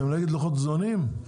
אתם נגד לוחות זמנים?